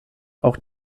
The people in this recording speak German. auch